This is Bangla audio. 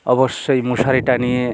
অবশ্যই মশারি টাঙিয়ে